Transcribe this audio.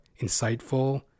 insightful